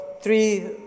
Three